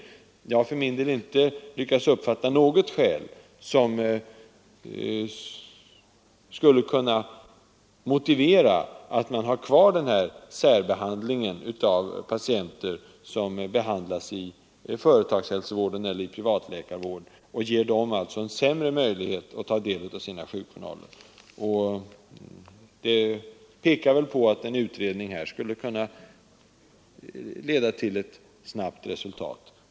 Jag har för min del inte lyckats uppfatta någonting som skulle kunna motivera att man har kvar den här särbehandlingen av patienter i företagshälsovård och privatläkarvård och alltså ger dem sämre möjligheter att ta del av sina sjukjournaler. Det talar väl för att en utredning skulle kunna leda till ett snabbt resultat.